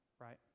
right